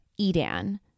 EDAN